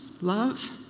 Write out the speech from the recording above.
love